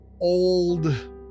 old